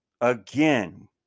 Again